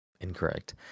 Incorrect